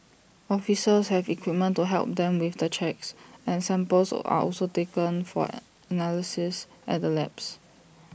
officers have equipment to help them with the checks and samples are also taken for analysis at the labs